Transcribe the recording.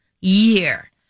year